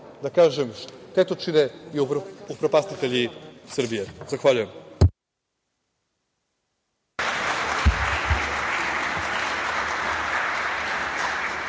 da kažem štetočine i upropastitelji Srbije. Zahvaljujem.